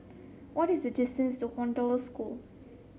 what is the distance to Hollandse School